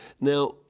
Now